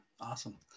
awesome